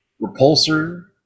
Repulsor